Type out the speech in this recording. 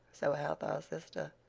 so hath our sister,